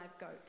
goat